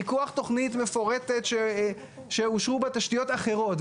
מכוח תכנית מפורטת שאושרו בה תשתיות אחרות.